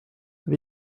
see